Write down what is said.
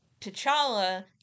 T'Challa